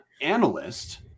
analyst